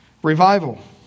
Revival